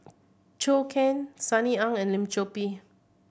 Zhou Can Sunny Ang and Lim Chor Pee